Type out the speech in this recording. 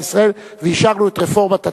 ואישרנו את רפורמת התקשורת,